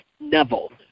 Neville